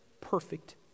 perfect